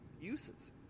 uses